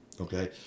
okay